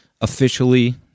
officially